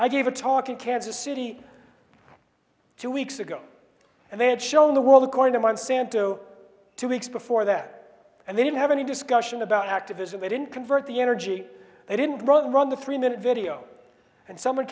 i gave a talk in kansas city two weeks ago and they had shown the world according to monsanto two weeks before that and they didn't have any discussion about activism they didn't convert the energy they didn't rather run the three minute video and someone